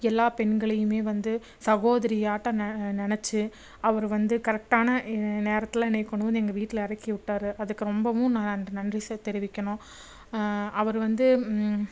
எல்லா பெண்களையுமே வந்து சகோதரியாட்டம் ந நினச்சி அவரு வந்து கரெக்டான நேரத்தில் என்னைய கொண்டு வந்து எங்கள் வீட்டில் இறக்கி விட்டாரு அதுக்கு ரொம்பவும் நான் அந்த நன்றிஸை தெரிவிக்கணும் அவரு வந்து